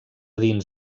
dins